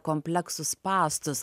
kompleksų spąstus